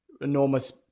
enormous